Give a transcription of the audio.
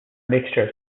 mixture